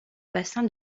bassin